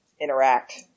interact